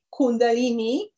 Kundalini